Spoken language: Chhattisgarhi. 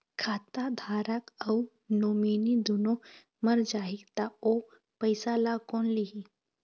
खाता धारक अऊ नोमिनि दुनों मर जाही ता ओ पैसा ला कोन लिही?